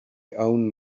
own